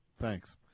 Thanks